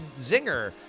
zinger